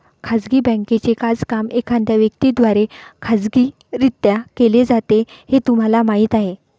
खाजगी बँकेचे कामकाज एखाद्या व्यक्ती द्वारे खाजगीरित्या केले जाते हे तुम्हाला माहीत आहे